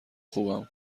خوبم